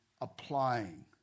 applying